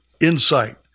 insight